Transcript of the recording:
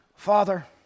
Father